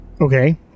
Okay